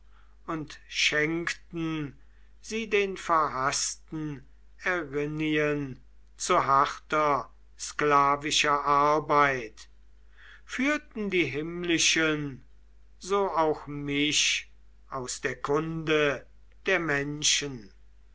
und schenkten sie den verhaßten erinnen zu harter sklavischer arbeit führten die himmlischen so auch mich aus der kunde der menschen